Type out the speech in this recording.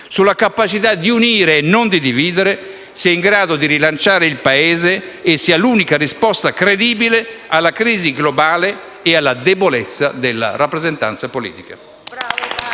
sulla capacità di unire e non di dividere, sia in grado di rilanciare il Paese e sia l'unica risposta credibile alla crisi globale ed alla debolezza della rappresentanza politica.